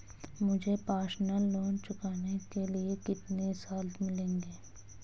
मुझे personal loan चुकाने के लिए कितने साल मिलेंगे?